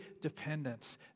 dependence